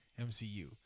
MCU